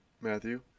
Matthew